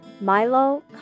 Milo